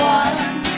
one